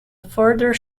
further